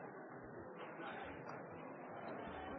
Nei, de er ikke